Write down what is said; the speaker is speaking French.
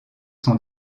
sont